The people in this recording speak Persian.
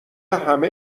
همه